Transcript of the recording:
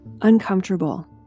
uncomfortable